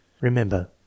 Remember